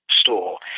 store